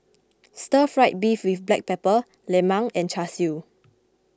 Stir Fried Beef with Black Pepper Lemang and Char Siu